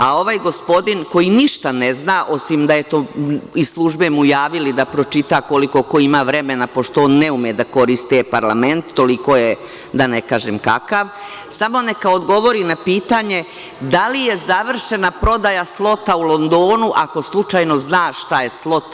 A ovaj gospodin koji ništa ne zna, osim da su mu iz službe javili da pročita koliko ko ima vremena, pošto on ne ume da koristi e-parlament, toliko je da ne kažem kakav, samo neka odgovori na pitanje da li je završena prodaja Slota u Londonu, ako slučajno zna šta je Slot?